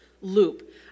loop